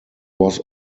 was